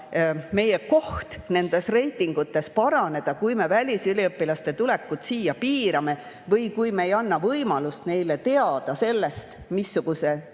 meie koht nende reitingute järgi paraneda, kui me välisüliõpilaste tulekut siia piirame või kui me ei anna neile võimalust teada sellest, missuguse